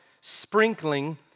sprinkling